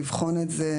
לבחון את זה,